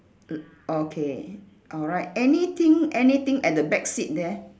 m~ okay alright anything anything at the back seat there